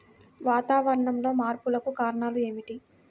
వాతావరణంలో మార్పులకు కారణాలు ఏమిటి?